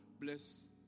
bless